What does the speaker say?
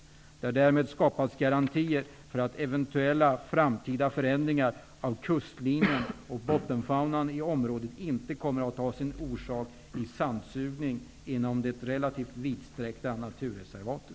Det har därmed skapats garantier för att eventuella framtida förändringar av kustlinjen och bottenfaunan i området inte kommer att ha sin orsak i sandsugning inom det relativt vidsträckta naturreservatet.